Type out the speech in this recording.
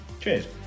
Cheers